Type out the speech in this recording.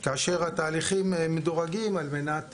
כאשר התהליכים מדורגים על מנת